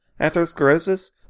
atherosclerosis